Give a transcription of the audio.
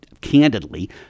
candidly